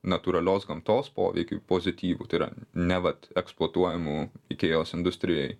natūralios gamtos poveikį pozityvų tai yra ne vat eksploatuojamų ikėjos industrijoj